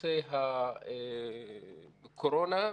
בנושא הקורונה.